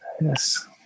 yes